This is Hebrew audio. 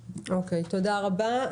אוקיי, תודה רבה.